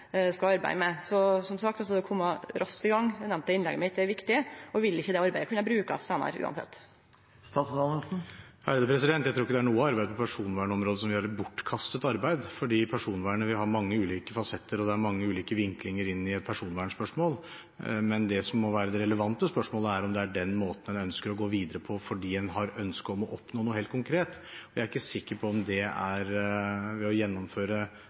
skal arbeide med. Som sagt i innlegget mitt er det å kome raskt i gang viktig, elles vil ikkje det arbeidet kunne brukast seinare, uansett. Jeg tror ikke det er noe arbeid på personvernområdet som er bortkastet, for personvernet vil ha mange ulike fasetter, og det er mange ulike vinklinger inn i et personvernspørsmål. Det som må være det relevante spørsmålet, er om det er den måten en ønsker å gå videre på fordi en har ønske om å oppnå noe helt konkret. Jeg er ikke sikker på om det er ved å